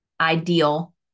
ideal